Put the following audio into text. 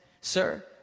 sir